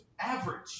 average